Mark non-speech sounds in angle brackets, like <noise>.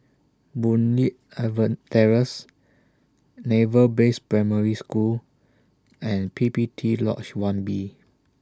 Boon Leat <unintelligible> Terrace Naval Base Primary School and P P T Lodge one B